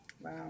Wow